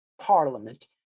parliament